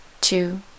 two